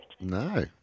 No